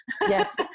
Yes